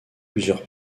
plusieurs